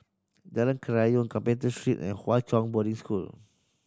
Jalan Kerayong Carpenter Street and Hwa Chong Boarding School